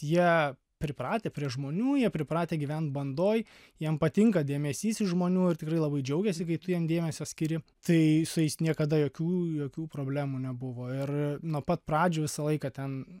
jie pripratę prie žmonių jie pripratę gyvent bandoj jiem patinka dėmesys iš žmonių ir tikrai labai džiaugiasi kai tu jiem dėmesio skiri tai su jais niekada jokių jokių problemų nebuvo ir nuo pat pradžių visą laiką ten